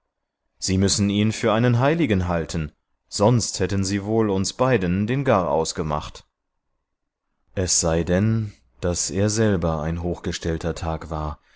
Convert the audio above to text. sie müssen ihn für einen heiligen halten sonst hätten sie wohl uns beiden den garaus gemacht es sei denn daß er selber ein hochgestellter thag war